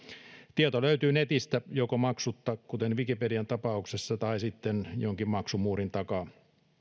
tieto löytyy netistä joko maksutta kuten wikipedian tapauksessa tai sitten jonkin maksumuurin takaa